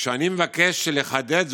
וכשאני מבקש לחדד זאת,